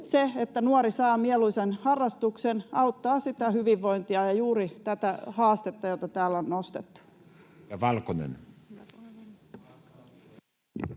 se, että nuori saa mieluisan harrastuksen, auttaa sitä hyvinvointia ja juuri tätä haastetta, jota täällä on nostettu.